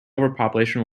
overpopulation